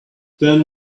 then